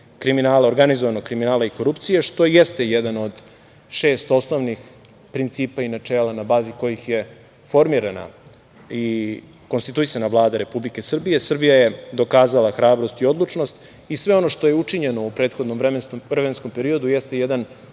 protiv organizovanog kriminala i korupcije, što jeste jedan od šest osnovnih principa i načela na bazi kojih je formirana i konstituisana Vlada Republike Srbije. Srbija je dokazala hrabrost i odlučnost i sve ono što je učinjeno u prethodnom vremenskom periodu, jeste jedan